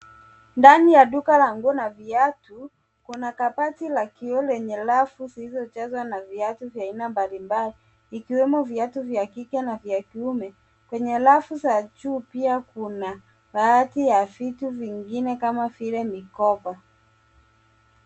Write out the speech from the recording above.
Ndani ya duka la nguo na viatu, kuna kabati la kioo lenye rafu zilizojazwa na viatu vya aina mbalimbali, ikiwemo viatu vya kike na vya kiume. Kwenye rafu za juu pia kuna baadhi ya vitu vingine kama vile mikoba.